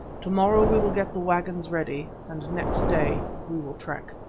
to-morrow we will get the waggons ready, and next day we will trek.